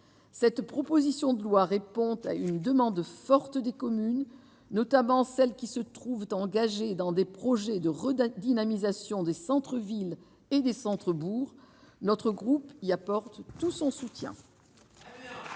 cette proposition de loi répond à une demande forte des communes, notamment celles qui se trouvent engagés dans des projets de redynamisation des centres-villes et des centres bourgs notre groupe il y apporte tout son soutien.